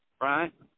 right